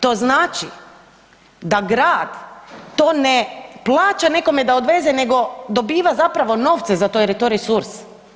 To znači da grad to ne plaća nekome da odveze nego dobiva zapravo novce za to jer je to resurs.